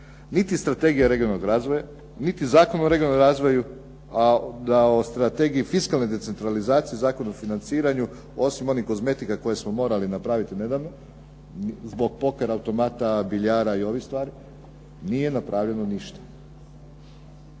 niti strategija regionalnog razvoja, niti Zakon o regionalnom razvoju, a da o strategiji fiskalne decentralizacije, Zakon o financiranju osim onih kozmetika koje smo morali napraviti nedavno zbog poker automata, biljara i ovih stvari, nije napravljeno ništa